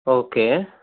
okay